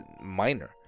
minor